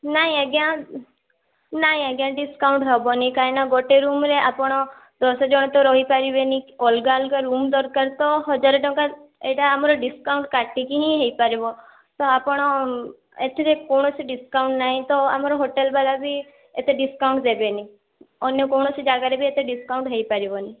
ନାଇଁ ଆଜ୍ଞା ନାଇଁ ଆଜ୍ଞା ଡିଷ୍କାଉଣ୍ଟ ହବନି କାହିଁକିନା ଗୋଟେ ରୁମ୍ରେ ଆପଣ ଦଶ ଜଣ ତ ରହି ପାରିବେନି ଅଲଗା ଅଲଗା ରୁମ୍ ଦରକାର ତ ହଜାର ଟଙ୍କା ଏଇଟା ଆମ ଡିଷ୍କାଉଣ୍ଟ କାଟିକି ହିଁ ହେଇପାରିବ ତ ଆପଣ ଏଥିରେ କୌଣସି ଡିଷ୍କାଉଣ୍ଟ ନାହିଁ ତ ଆମର କୌଣସି ହୋଟେଲ୍ ବାଲା ବି ଏତେ ଡିଷ୍କାଉଣ୍ଟ ଦେବେନି ଅନ୍ୟ କୌଣସି ଜାଗାରେ ବି ଏତେ ଡିଷ୍କାଉଣ୍ଟ ହେଇପାରିବନି